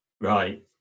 Right